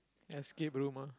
escape room ah